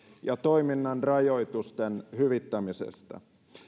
ja toiminnan rajoitusten hyvittämisestä